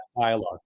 dialogue